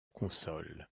console